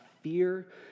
fear